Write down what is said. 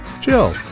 chill